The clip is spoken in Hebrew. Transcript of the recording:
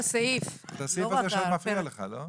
זה הסעיף שמפריע לך, לא?